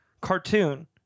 Cartoon